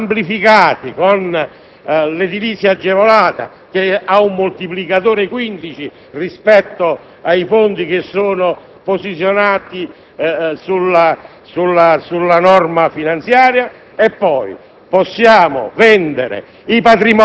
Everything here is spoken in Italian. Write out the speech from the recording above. quei soldi possono essere amplificati con l'edilizia agevolata che ha un moltiplicatore 15 rispetto ai fondi posizionati nella norma. Ancora,